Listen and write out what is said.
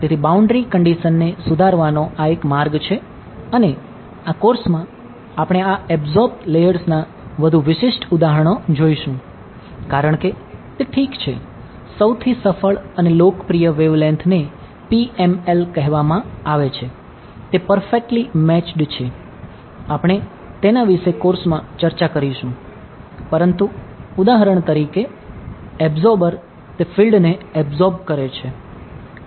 તેથી બાઉન્ડ્રી ને એબ્સોર્બ કરે છે અને પાછું રિફલેક્ટ કરતું નથી